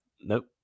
nope